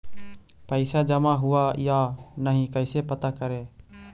पैसा जमा हुआ या नही कैसे पता करे?